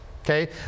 okay